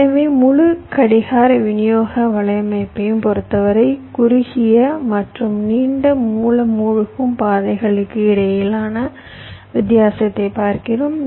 எனவே முழு கடிகார விநியோக வலையமைப்பையும் பொறுத்தவரை குறுகிய மற்றும் நீண்ட மூல மூழ்கும் பாதைகளுக்கு இடையிலான வித்தியாசத்தை பார்க்கிறோம்